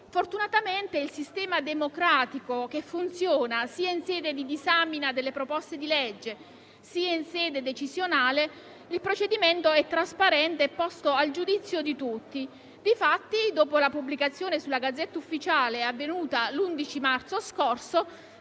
Fortunatamente il sistema democratico funziona in sede sia di disamina delle proposte di legge, che decisionale e il procedimento è trasparente e posto al giudizio di tutti. Difatti, dopo la pubblicazione in *Gazzetta Ufficiale* avvenuta l'11 marzo scorso,